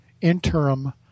interim